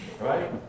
right